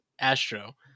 Astro